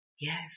Yes